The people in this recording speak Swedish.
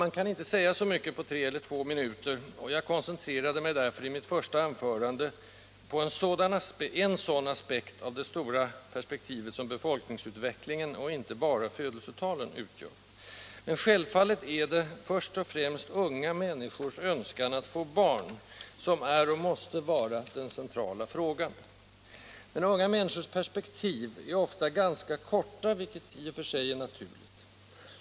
Man kan inte säga så mycket på tre eller två minuter, och jag koncentrerade mig därför i mitt första anförande på en sådan aspekt av det stora perspektivet, som befolkningsutvecklingen, och inte bara födelsetalen, utgör. Men självfallet är det först och främst unga människors önskan att få barn som är och måste vara den centrala frågan. Unga människors perspektiv är emellertid ofta ganska korta, vilket i och för sig är naturligt.